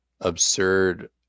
absurd